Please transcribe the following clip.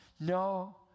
No